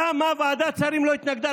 למה ועדת שרים לא התנגדה?